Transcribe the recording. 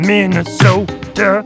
Minnesota